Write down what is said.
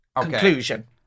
conclusion